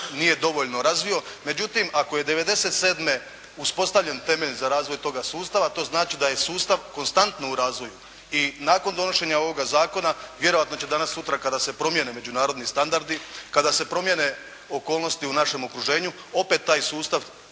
nije dovoljno razvio. Međutim, ako je '97. uspostavljen temelj za razvoj toga sustava to znači da je i sustav konstantno u razvoju i nakon donošenja ovoga zakona vjerojatno će danas, sutra kada se promijene međunarodni standardi, kada se promijene okolnosti u našem okruženju opet taj sustav